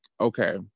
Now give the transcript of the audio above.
okay